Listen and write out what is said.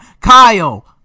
Kyle